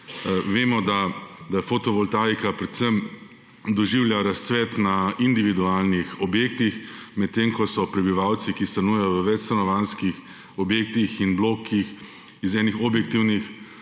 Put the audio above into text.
Vemo, da fotovoltaika doživlja razcvet predvsem na individualnih objektih, medtem ko so prebivalci, ki stanujejo v večstanovanjskih objektih in blokih, iz objektivnih